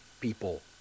people